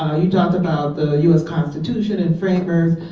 you talked about the u s. constitution and framers.